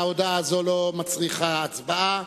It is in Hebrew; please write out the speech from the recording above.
ההודעה הזו לא מצריכה הצבעה.